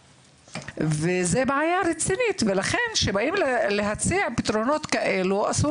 זו בעיה רצינית ולכן כשבאים להציע פתרונות כאלו אסור